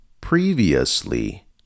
Previously